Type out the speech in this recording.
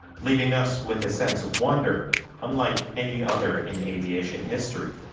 leaving us with a sense of wonder unlike any other in aviation history.